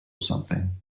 something